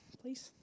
please